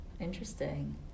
Interesting